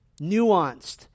nuanced